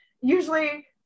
usually